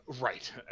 Right